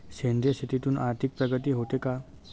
सेंद्रिय शेतीतून आर्थिक प्रगती होते का?